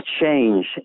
change